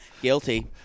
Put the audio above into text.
Guilty